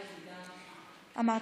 בעד,